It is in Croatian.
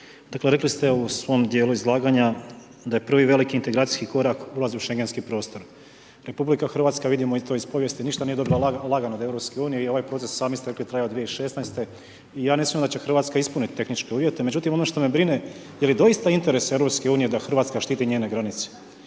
dakle rekli ste u svom dijelu izlaganja da je prvi veliki integracijski korak ulaz u Šengenski prostor, RH vidimo i to iz povijesti ništa nije dobila lagano od Europske unije i ovaj proces sami ste rekli traje od 2016. i ja ne sumnjam da će Hrvatska ispunit tehničke uvjete, međutim ono što me brine je li doista interes Europske unije da Hrvatska štiti njene granice,